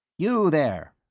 you, there!